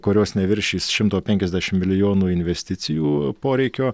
kurios neviršys šimto penkiasdešim milijonų investicijų poreikio